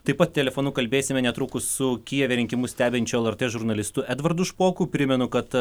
taip pat telefonu kalbėsime netrukus su kijeve rinkimus stebinčiu lrt žurnalistu edvardu špoku primenu kad